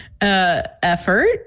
effort